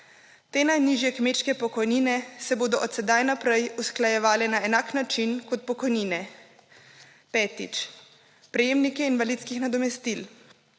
Te najnižje kmečke pokojnine se bodo od sedaj naprej usklajevale na enak način kot pokojnine. Petič, prejemnike invalidskih nadomestil.